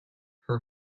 her